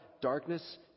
darkness